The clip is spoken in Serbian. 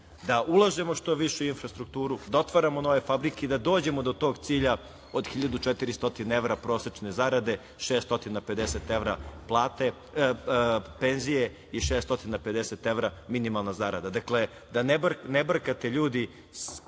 da ulažemo što više u infrastrukturu, da otvaramo nove fabrike i da dođemo do tog cilja od 1.400 evra prosečne zarade, 650 evra penzije i 650 evra minimalna zarada. Dakle, da ne brkate, ljudi,